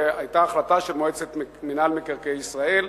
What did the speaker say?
והיתה החלטה של מועצת מינהל מקרקעי ישראל,